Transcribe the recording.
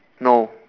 no